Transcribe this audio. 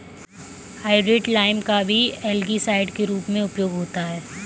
hydrated lime का भी algicide के रूप में उपयोग होता है